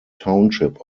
township